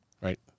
right